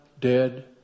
dead